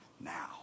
now